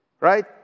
right